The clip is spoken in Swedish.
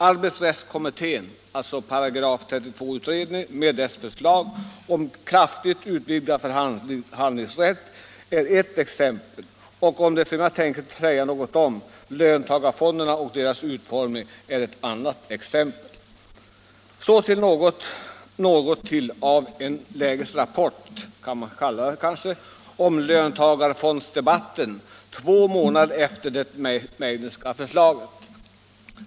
Arbetsrättskommittén, dvs. § 32-utredningen, med dess förslag om kraftigt utvidgad förhandlingsrätt är ett exempel på det jag tänker säga något om, och löntagarfonderna och deras utformning är ett annat exempel. Så då till något av en lägesrapport om löntagarfondsdebatten två månader efter det Meidnerska förslaget.